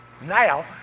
Now